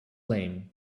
lame